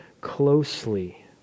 closely